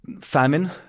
Famine